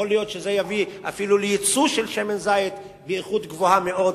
יכול להיות שזה יביא אפילו לייצוא של שמן זית באיכות גבוהה מאוד,